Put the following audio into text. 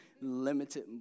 Limited